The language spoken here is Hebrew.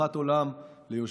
ושמחת עולם ליושביה."